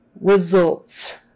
Results